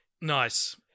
Nice